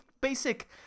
basic